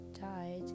died